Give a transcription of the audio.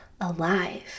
alive